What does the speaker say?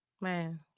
Man